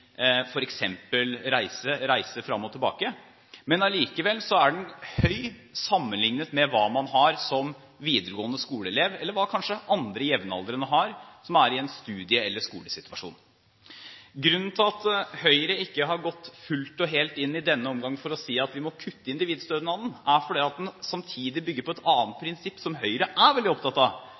til reise fram og tilbake. Men likevel er den høy sammenlignet med hva man har som videregående skoleelev eller hva kanskje andre jevnaldrende har som er i en studie- eller skolesituasjon. Grunnen til at Høyre ikke har gått fullt og helt inn i denne omgang for å si at vi må kutte i individstønaden, er at den samtidig bygger på et annet prinsipp som Høyre er veldig opptatt av,